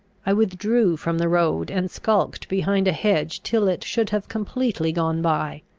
i withdrew from the road, and skulked behind a hedge till it should have completely gone by.